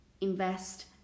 invest